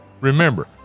Remember